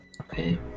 Okay